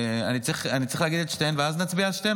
אני צריך להגיד את שתיהן ואז נצביע על שתיהן,